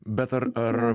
bet ar ar